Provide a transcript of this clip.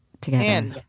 together